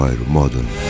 Modern